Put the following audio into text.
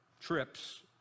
trips